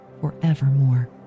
forevermore